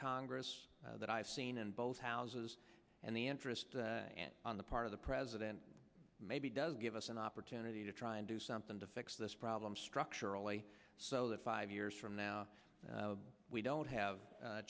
congress that i've seen in both houses and the interest on the part of the president may be does give us an opportunity to try and do something to fix this problem structurally so that five years from now we don't have